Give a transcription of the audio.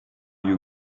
you